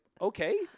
okay